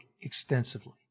extensively